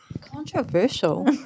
Controversial